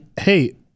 hey